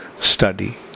study